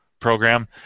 program